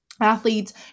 Athletes